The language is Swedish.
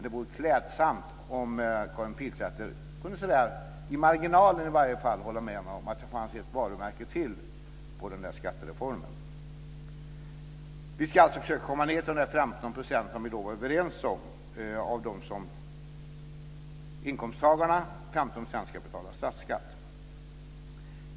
Det vore klädsamt om Karin Pilsäter i varje fall i marginalen kunde hålla med om att det fanns ytterligare ett varumärke på skattereformen. Vi ska alltså försöka att komma ned till 15 % som vi då var överens, dvs. att 15 % av inkomsttagarna ska betala statlig skatt.